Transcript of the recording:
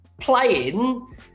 playing